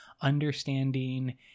understanding